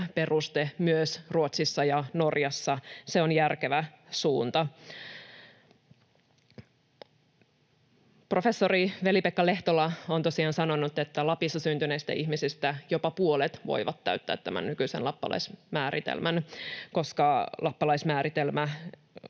peruste myös Ruotsissa ja Norjassa. Se on järkevä suunta. Professori Veli-Pekka Lehtola on tosiaan sanonut, että Lapissa syntyneistä ihmisistä jopa puolet voivat täyttää tämän nykyisen lappalaismääritelmän, koska lappalaismääritelmä